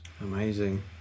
Amazing